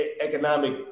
economic